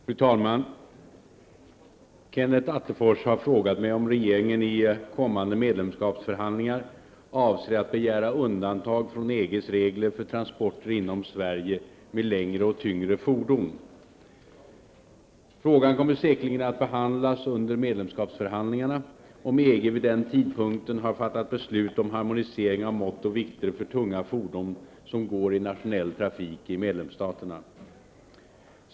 Fru talman! Kenneth Attefors har frågat mig om regeringen i kommande medlemskapsförhandlingar avser att begära undantag från EG:s regler för transporter inom Sverige med längre och tyngre fordon. Frågan kommer säkerligen att behandlas under medlemskapsförhandlingarna, om EG vid den tidpunkten har fattat beslut om harmonisering av mått och vikter för tunga fordon som går i nationell trafik i medlemsstaterna.